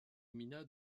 gmina